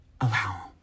allow